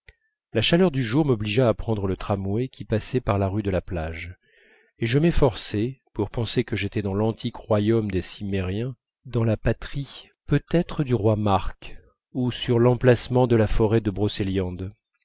la chaleur du jour m'obligea à prendre le tramway qui passait par la rue de la plage et je m'efforçais pour penser que j'étais dans l'antique royaume des cimmériens dans la patrie peut-être du roi mark ou sur l'emplacement de la forêt de brocéliande